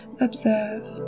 observe